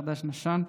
חדש-ישן.